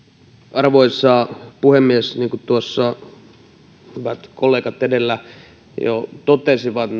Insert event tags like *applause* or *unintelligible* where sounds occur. arvoisa puhemies niin kuin tuossa hyvät kollegat edellä jo totesivat *unintelligible*